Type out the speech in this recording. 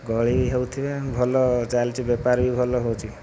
ଗହଳି ହେଉଥିବେ ଭଲ ଚାଲିଛି ବେପାର ବି ଭଲ ହେଉଛି